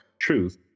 truth